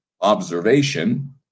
observation